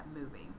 moving